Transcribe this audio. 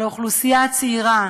על האוכלוסייה הצעירה,